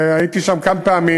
הייתי שם כמה פעמים,